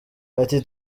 ati